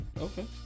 Okay